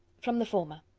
from the former.